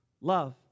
love